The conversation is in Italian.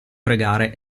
pregare